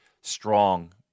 strong